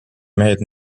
mehed